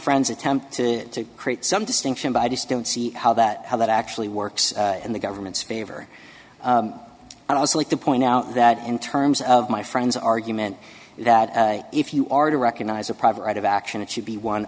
friends attempt to create some distinction but i just don't see how that how that actually works in the government's favor and i also like to point out that in terms of my friend's argument that if you are to recognize a private right of action it should be one